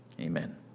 Amen